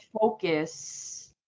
focus